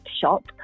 shop